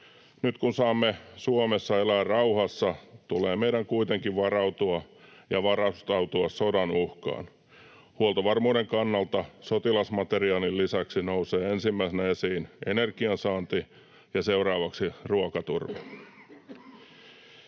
Nyt, kun saamme Suomessa elää rauhassa, tulee meidän kuitenkin varautua ja varustautua sodan uhkaan. Huoltovarmuuden kannalta sotilasmateriaalin lisäksi nousee ensimmäisenä esiin energiansaanti ja seuraavaksi ruokaturva.